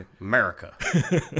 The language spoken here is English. America